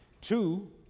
Two